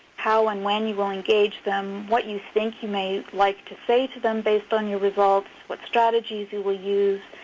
how and when you will engage them, what you think you may like to say to them based on your results, what strategies you will use,